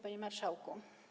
Panie Marszałku!